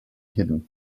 hidden